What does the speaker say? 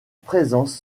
présence